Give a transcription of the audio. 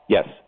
Yes